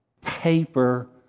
paper